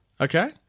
Okay